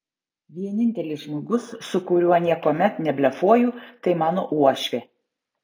vienintelis žmogus su kuriuo niekuomet neblefuoju tai mano uošvė